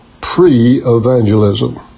pre-evangelism